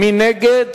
מי נגד?